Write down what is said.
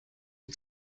sie